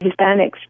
Hispanics